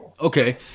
Okay